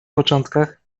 początkach